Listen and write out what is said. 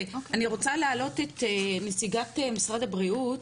אני רוצה להעלות נציגת משרד הבריאות,